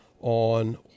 on